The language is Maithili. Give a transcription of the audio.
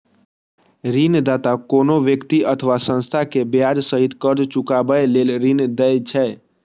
ऋणदाता कोनो व्यक्ति अथवा संस्था कें ब्याज सहित कर्ज चुकाबै लेल ऋण दै छै